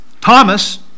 Thomas